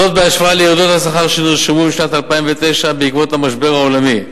זאת בהשוואה לירידות השכר שנרשמו בשנת 2009 בעקבות המשבר העולמי.